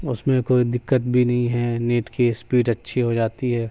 اس میں کوئی دقت بھی نہیں ہے نیٹ کی اسپیڈ اچھی ہو جاتی ہے